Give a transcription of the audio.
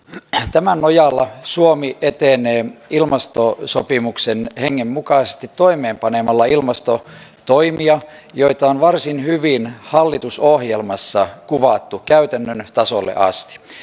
tämän nojalla suomi etenee ilmastosopimuksen hengen mukaisesti toimeenpanemalla ilmastotoimia joita on varsin hyvin hallitusohjelmassa kuvattu käytännön tasolle asti